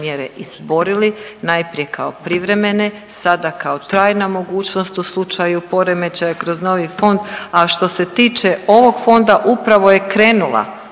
mjere izborili najprije kao privremene, sada kao trajna mogućnost u slučaju poremećaja kroz novi fond. A što se tiče ovog fonda upravo je krenula